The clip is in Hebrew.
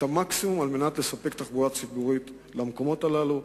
את המקסימום כדי לספק תחבורה ציבורית למקומות הללו,